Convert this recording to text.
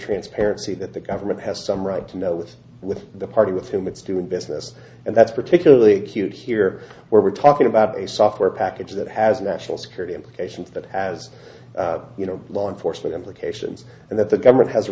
transparency that the government has some right to know with with the party with him it's doing business and that's particularly acute here where we're talking about a software package that has national security implications that has you know law enforcement implications and that the government has a